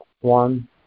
one